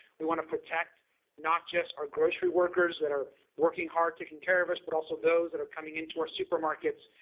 we want to protect not just our grocery workers that are working hard to taking care of us but also those that are coming into our supermarket.